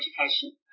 education